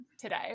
today